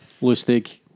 Lustig